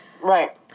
Right